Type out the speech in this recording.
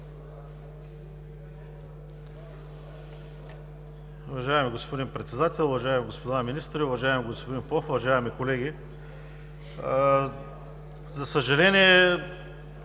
Уважаеми господин Председател, уважаеми господа министри, уважаеми господин Попов, уважаеми колеги! За съжаление,